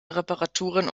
reparaturen